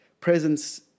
presence